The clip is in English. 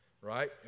Right